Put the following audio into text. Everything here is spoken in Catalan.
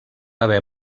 haver